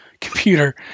computer